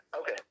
Okay